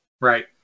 Right